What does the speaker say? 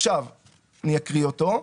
עכשיו אני אקריא אותו: